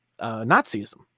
Nazism